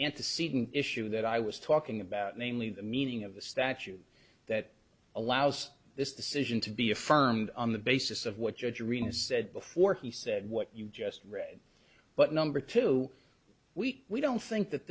antecedent issue that i was talking about namely the meaning of the statute that allows this decision to be affirmed on the basis of what judge arenas said before he said what you just read but number two we we don't think that